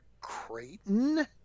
Creighton